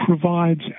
provides